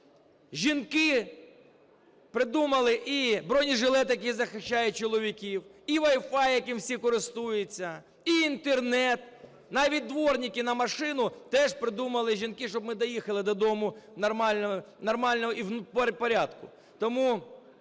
Жінки придумали і бронежилет, який захищає чоловіків, і Wi-Fi, яким усі користуються, і Інтернет. Навіть дворники на машину теж придумали жінки, щоб ми доїхали додому нормально і в порядку.